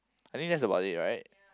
I think that's about it right